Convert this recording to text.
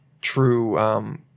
true –